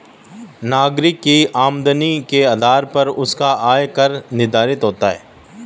नागरिक की आमदनी के आधार पर उसका आय कर निर्धारित होता है